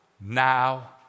now